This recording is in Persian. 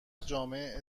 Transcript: جامع